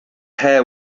hair